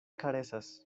karesas